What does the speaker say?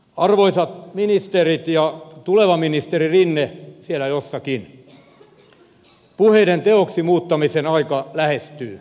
arvoisat ministerit ja tuleva ministeri rinne siellä jossakin puheiden teoiksi muuttamisen aika lähestyy